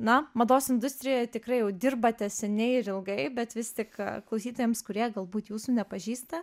na mados industrijoje tikrai jau dirbate seniai ir ilgai bet vis tik klausytojams kurie galbūt jūsų nepažįsta